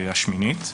השמינית.